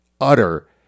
utter